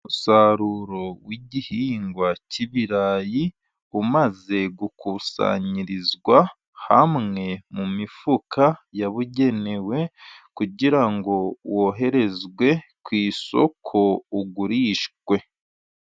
Umusaruro w'igihingwa cy'ibirayi, umaze gukusanyirizwa hamwe mu mifuka yabugenewe, kugira ngo woherezwe ku isoko ugurishwe.